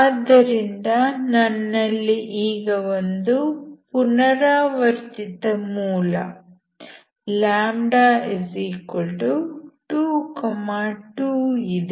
ಆದ್ದರಿಂದ ನನ್ನಲ್ಲಿ ಈಗ ಒಂದು ಪುನರಾವರ್ತಿತ ಮೂಲ λ22 ಇದೆ